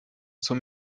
zum